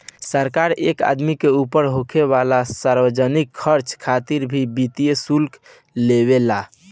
सरकार एक आदमी के ऊपर होखे वाला सार्वजनिक खर्चा खातिर भी वित्तीय शुल्क लेवे ला